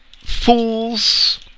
fools